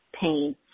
pain